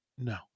No